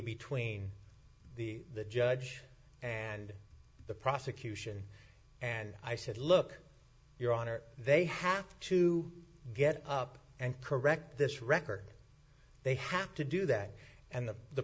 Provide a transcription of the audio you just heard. between the the judge and the prosecution and i said look your honor they have to get up and correct this record they have to do that and the